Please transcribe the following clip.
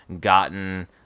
gotten